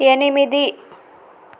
ఎనిమిది